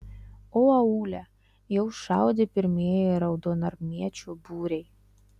o aūle jau šaudė pirmieji raudonarmiečių būriai